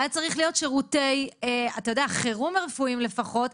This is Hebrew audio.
היו צריכים להיות שירותי חירום רפואיים לפחות,